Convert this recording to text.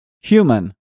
human